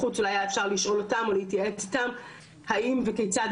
האם וכיצד אפשר לעשות את זה, כן היו מקרים בעבר.